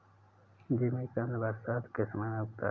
जिमीकंद बरसात के समय में उगता है